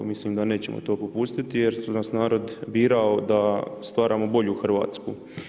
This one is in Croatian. Mislim da nećemo to popustiti jer nas je narod birao da stvaramo bolju Hrvatsku.